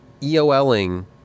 EOLing